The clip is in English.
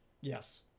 Yes